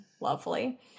lovely